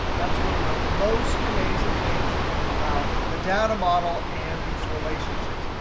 that's one of the most amazing things about the data model and these relationships.